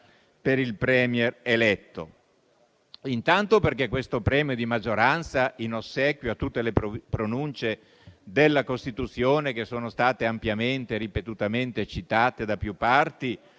per il *Premier* eletto: